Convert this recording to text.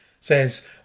says